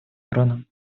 урана